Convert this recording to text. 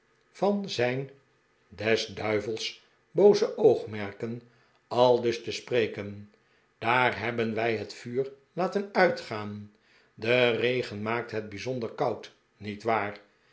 van zijn des duivels booze oogmerken aldus te spreken daar hebben wij het vuur laten uitgaan de regen maakt het bijzonder koud niet waar